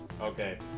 Okay